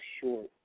short